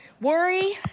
worry